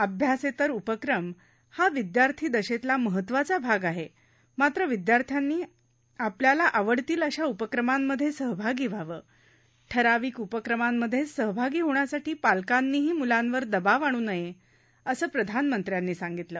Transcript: अभ्यासेतर उपक्रम हा विद्यार्थिदशेतला महत्त्वाचा भाग आहे मात्र विद्यार्थ्यांनी आपल्याला आवडतील अशा उपक्रमांमधे सहभागी व्हावं ठराविक उपक्रमांमधेच सहभागी होण्यासाठी पालकांनीही मुलांवर दबाव आणू नये असं प्रधानमंत्र्यांनी यावेळी सांगितलं